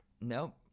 nope